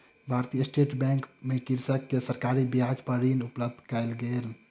भारतीय state bank मे कृषक के सरकारी ब्याज पर ऋण उपलब्ध कयल गेल